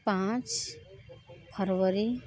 पाँच फ़रवरी